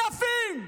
אלפים,